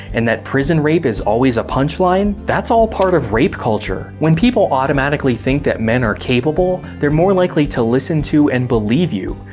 and prison rape is always a punchline. that's all part of rape culture. when people automatically think that men are capable, they're more likely to listen to and believe you,